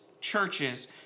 churches